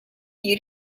gli